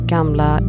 Gamla